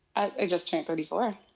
i just turned thirty four.